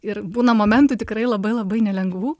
ir būna momentų tikrai labai labai nelengvų